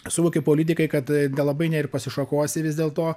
suvokė politikai kad nelabai ne ir pasišakosi vis dėlto